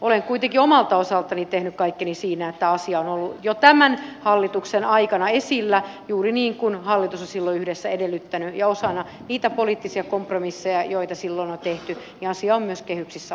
olen kuitenkin omalta osaltani tehnyt kaikkeni siinä että asia on ollut jo tämän hallituksen aikana esillä juuri niin kuin hallitus on silloin yhdessä edellyttänyt ja osana niitä poliittisia kompromisseja joita silloin on tehty ja asia on myös kehyksissä